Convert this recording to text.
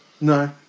No